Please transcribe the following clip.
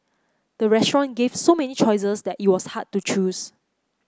the restaurant gave so many choices that it was hard to choose